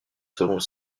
seront